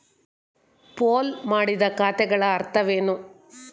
Pool ಮಾಡಿದ ಖಾತೆಗಳ ಅರ್ಥವೇನು?